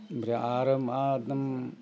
ओमफ्राय आरो एखदम